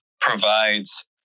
provides